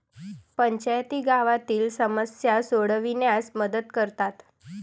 पंचायती गावातील समस्या सोडविण्यास मदत करतात